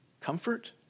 Comfort